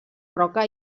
roca